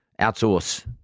outsource